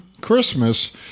Christmas